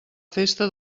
festa